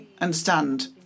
understand